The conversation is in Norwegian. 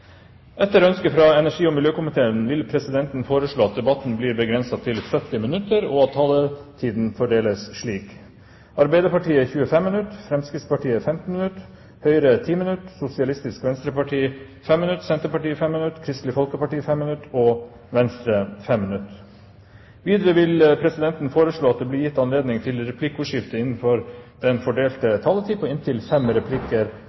Etter ønske fra energi- og miljøkomiteen vil presidenten foreslå at debatten blir begrenset til 70 minutter, og at taletiden fordeles slik: Arbeiderpartiet 25 minutter, Fremskrittspartiet 15 minutter, Høyre 10 minutter, Sosialistisk Venstreparti 5 minutter, Senterpartiet 5 minutter, Kristelig Folkeparti 5 minutter og Venstre 5 minutter. Videre vil presidenten foreslå at det blir gitt anledning til replikkordskifte på inntil fem replikker med svar etter innlegg fra statsråden innenfor den fordelte